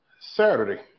Saturday